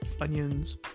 onions